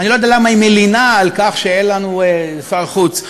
אני לא יודע למה היא מלינה שאין לנו שר חוץ,